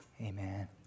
Amen